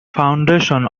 foundation